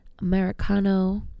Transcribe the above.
Americano